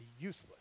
useless